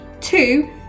Two